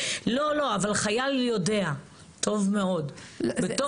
לא, לא, אבל חייל יודע טוב מאוד בתוך תוכו.